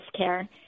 healthcare